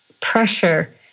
pressure